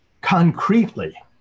concretely